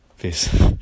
Peace